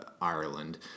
Ireland